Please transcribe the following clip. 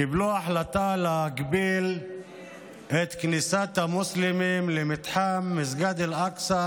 קיבלו החלטה להגביל את כניסת המוסלמים למתחם מסגד אל-אקצא